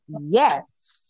Yes